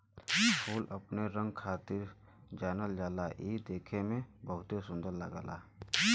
फूल अपने रंग खातिर जानल जाला इ देखे में बहुते सुंदर लगला